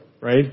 right